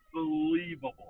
Unbelievable